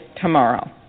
tomorrow